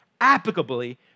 applicably